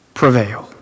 prevail